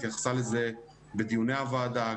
התייחסה לזה בדיוני הוועדה,